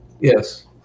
Yes